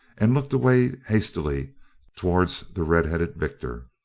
and looked away hastily towards the red-headed victor.